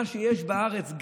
אבל מה שיש בארץ,